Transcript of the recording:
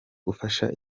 gufasha